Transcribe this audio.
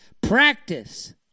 practice